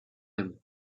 him